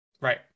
Right